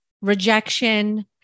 rejection